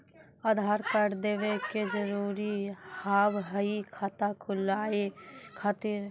आधार कार्ड देवे के जरूरी हाव हई खाता खुलाए खातिर?